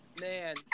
man